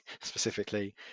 specifically